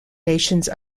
nations